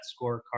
scorecard